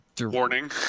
Warning